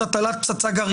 זאת הטלת פצצה גרעינית.